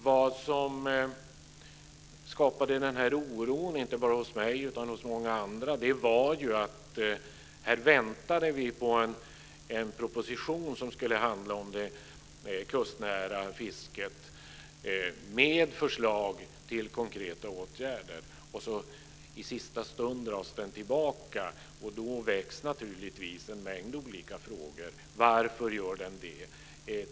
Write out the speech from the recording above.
Det som skapade den här oron, inte bara hos mig utan hos många andra, var ju att vi väntade på en proposition som skulle handla om det kustnära fisket och innehålla förslag till konkreta åtgärder, och så dras den i sista stund tillbaka. Då väcks naturligtvis en mängd olika frågor: Varför gör den det?